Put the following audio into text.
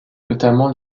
notamment